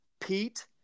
pete